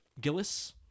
Gillis